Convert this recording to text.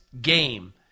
game